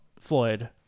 Floyd